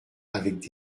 avec